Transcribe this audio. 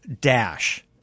dash